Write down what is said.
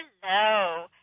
Hello